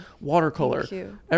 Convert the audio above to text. watercolor